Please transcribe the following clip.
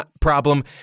problem